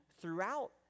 throughout